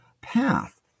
path